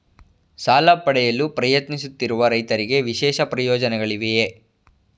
ಸಾಲ ಪಡೆಯಲು ಪ್ರಯತ್ನಿಸುತ್ತಿರುವ ರೈತರಿಗೆ ವಿಶೇಷ ಪ್ರಯೋಜನಗಳಿವೆಯೇ?